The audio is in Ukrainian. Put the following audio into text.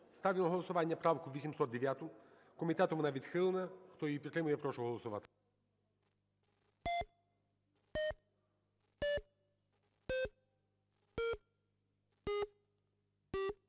Ставлю на голосування правку 809. Комітетом вона відхилена. Хто її підтримує, я прошу голосувати.